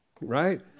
right